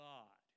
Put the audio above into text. God